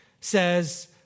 says